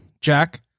Jack